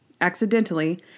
accidentally